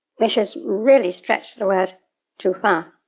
which does really stretch the word too far.